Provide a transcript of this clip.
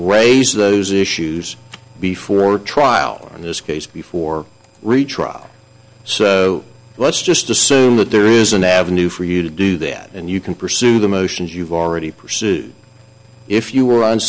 raise those issues before trial in this case before retrial so let's just assume that there is an avenue for you to do that and you can pursue the motions you've already pursued if you were